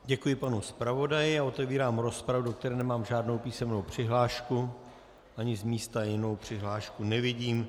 Děkuji panu zpravodaji a otevírám rozpravu, do které nemám žádnou písemnou přihlášku, ani z místa jinou přihlášku nevidím.